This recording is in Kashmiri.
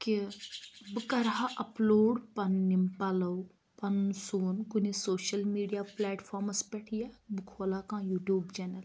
کہِ بہٕ کَرٕ ہا اَپلوڈ پَنٕنۍ یِم پَلو پَنُن سُوُن کُنہِ سوشَل میٖڈیا پلیٹ فارمَس پیٚٹھ یا بہٕ کھولہٕ ہا کانٛہہ یوٗٹوٗب چیٚنَل